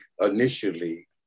initially